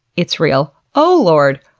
it's real. oh lord,